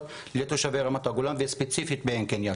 לתושבי רמת הגולן וספציפית בעין קנייא,